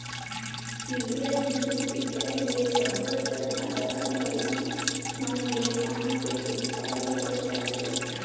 केंद्रीय धुरी सिंचई ले सबो जघा डहर बड़िया ढंग ले पानी के सिंचाई होय जाथे